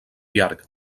llarg